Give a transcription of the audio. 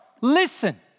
Listen